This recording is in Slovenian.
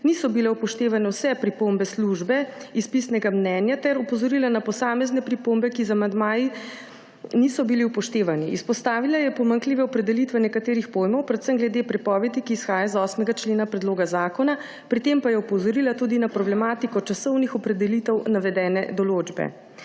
niso bile upoštevane vse pripombe službe iz pisnega mnenja ter opozorila na posamezne pripombe, ki z amandmaji niso bili upoštevane. Izpostavila je pomanjkljive opredelitve nekaterih pojmov, predvsem glede prepovedi, ki izhaja iz 8. člena predloga zakona, pri tem pa je opozorila tudi na problematiko časovnih opredelitev navedene določbe.